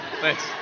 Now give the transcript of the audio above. Thanks